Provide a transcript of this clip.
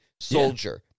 soldier